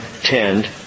Tend